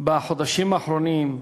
בחודשים האחרונים,